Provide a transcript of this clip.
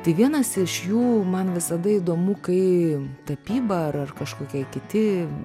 tai vienas iš jų man visada įdomu kai tapyba ar kažkokie kiti